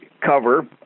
cover